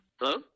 Hello